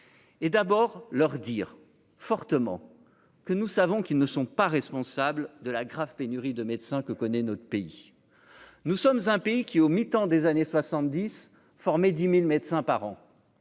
et d'abord leur dire fortement que nous savons qu'ils ne sont pas responsable de la grave pénurie de médecins que connaît notre pays, nous sommes un pays qui, au mitan des années 70, former 10000 médecins par an